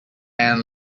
and